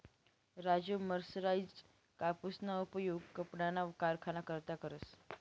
Raju mercerised कापूसना उपयोग कपडाना कारखाना करता करस